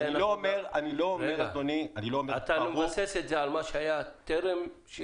אתה מבסס את זה על מה שהיה טרם הקורונה?